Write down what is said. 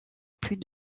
plus